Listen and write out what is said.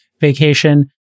vacation